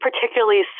particularly